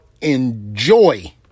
enjoy